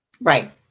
Right